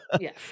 yes